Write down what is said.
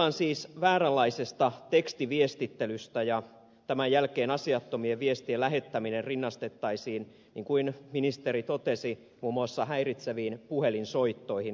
puhutaan siis vääränlaisesta tekstiviestittelystä ja tämän jälkeen asiattomien viestien lähettäminen rinnastettaisiin niin kuin ministeri totesi muun muassa häiritseviin puhelinsoittoihin